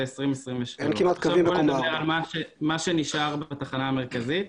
זה 2023. מה שנשאר בתחנה המרכזית,